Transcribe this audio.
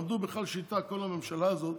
למדו בכלל שיטה, כל הממשלה הזאת,